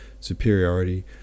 superiority